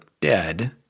dead